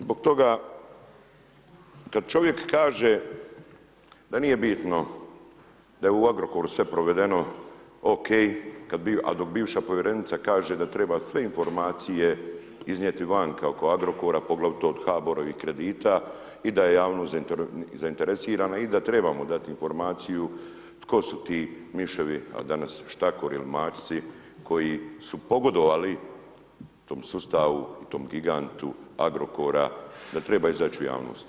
Zbog toga kad čovjek kaže da nije bitno, da je u Agrokoru sve provedeno okej, a dok bivša povjerenica kaže da treba sve informacije iznijeti van oko Agrokora poglavito od HBOR-ovih kredita i da je javnost zainteresirana i da trebamo dati informaciju tko su ti miševi a danas štakori ili mačci koji su pogodovali tom sustavu, tom gigantu Agrokora, da trebaju izaći u javnost.